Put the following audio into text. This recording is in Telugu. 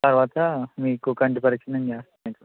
తర్వాత మీకు కంటి పరీక్ష నేను చేస్తాను